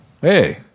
Hey